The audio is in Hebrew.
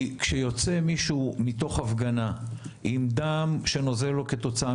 כשיוצא מישהו מתוך הפגנה עם דם שנוזל לו כתוצאה